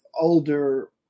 older